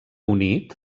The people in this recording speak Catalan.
unit